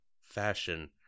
fashion